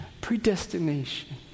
predestination